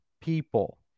people